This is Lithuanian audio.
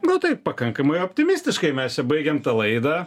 na tai pakankamai optimistiškai mes čia baigiam tą laidą